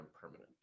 permanent